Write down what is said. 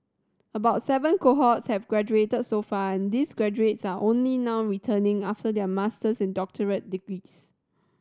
about seven cohorts have graduated so far and these graduates are only now returning after their master's and doctorate degrees